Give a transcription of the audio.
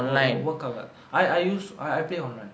w~ work ஆகா:aagaa I I use I I play online